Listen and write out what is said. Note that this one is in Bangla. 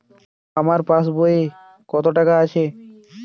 আমার পাসবই এ কত টাকা আছে?